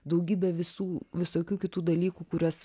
daugybė visų visokių kitų dalykų kuriuos